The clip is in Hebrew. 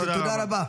תודה רבה.